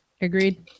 Agreed